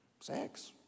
sex